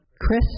Chris